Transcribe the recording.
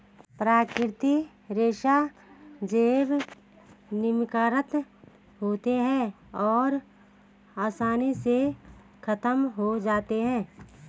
प्राकृतिक रेशे जैव निम्नीकारक होते हैं और आसानी से ख़त्म हो जाते हैं